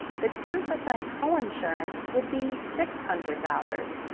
the ten percent coinsurance would be six hundred dollars,